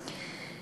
כך.